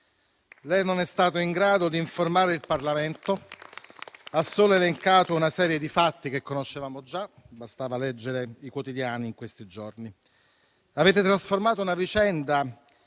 Lei non è stato in grado di informare il Parlamento, ha solo elencato una serie di fatti che conoscevamo già (bastava leggere i quotidiani in questi giorni). Avete trasformato una vicenda